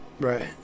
Right